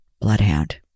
bloodhound